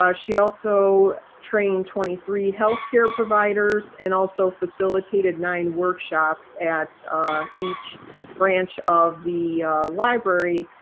ah she also trained twenty three healthcare providers, and also facilitated nine workshops at each branch of the library